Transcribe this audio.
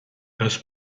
das